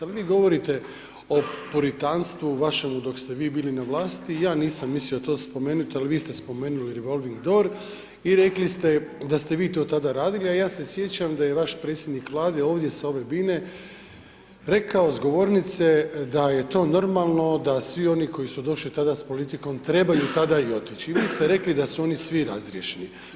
Ali, vi govorite o poritanstvu, vašemu, dok ste vi bili na vlasti, ja nisam mislio to spomenuti, ali vi ste spomenuli … i rekli ste da ste vi to tada radili, a ja se sjećam da je vaš predsjednik vlade, ovdje s ove bine, rekao s govornice, da je to normalno, da svi oni koji su došli tada s politikom, trebaju tada i otići i vi ste rekli da su oni svi razriješeni.